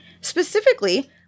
Specifically